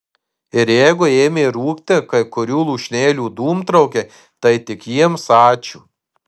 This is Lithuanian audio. ir jeigu ėmė rūkti kai kurių lūšnelių dūmtraukiai tai tik jiems ačiū